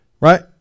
right